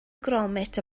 gromit